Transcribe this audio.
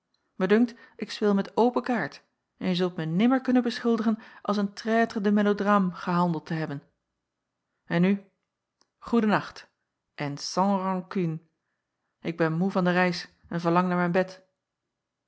dunkt ik speel met open kaart en je zult mij nimmer kunnen beschuldigen als een traître de mélodrame gehandeld te hebben en nu goede nacht en sans rancune ik ben moê van de reis en verlang naar mijn bed